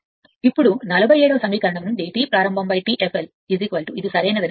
ఇప్పుడు 47 సమీకరణం నుండి T ప్రారంభం T fl ఇది సరైనదని మనకు తెలుసు